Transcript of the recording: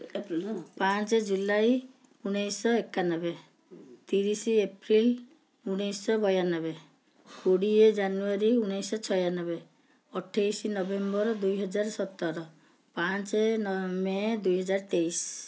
ପାଞ୍ଚ ଜୁଲାଇ ଉଣେଇଶ ଏକାନବେ ତିରିଶି ଏପ୍ରିଲ ଉଣେଇଶ ବୟାନବେ କୋଡ଼ିଏ ଜାନୁଆରୀ ଉଣେଇଶ ଛୟାନବେ ଅଠେଇଶି ନଭେମ୍ବର ଦୁଇ ହଜାର ସତର ପାଞ୍ଚ ମେ ଦୁଇ ହଜାର ତେଇଶି